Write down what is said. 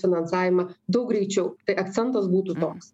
finansavimą daug greičiau tai akcentas būtų toks